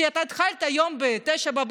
כשפתחת את היום הקודם ב-09:00.